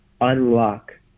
unlock